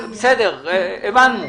הבנו.